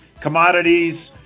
commodities